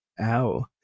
ow